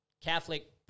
catholic